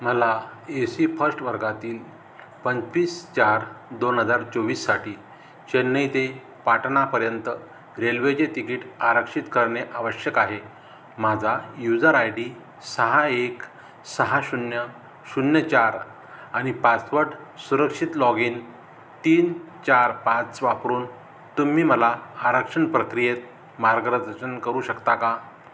मला A C first वर्गातील पंचवीस चार दोन हजार चोवीससाठी चेन्नई ते पाटणापर्यंत रेल्वेचे तिकीट आरक्षित करणे आवश्यक आहे माझा यूजर आय डी सहा एक सहा शून्य शून्य चार आणि पासवर्ड सुरक्षित लॉग इन तीन चार पाच वापरून तुम्ही मला आरक्षण प्रक्रियेत करू शकता का